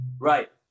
Right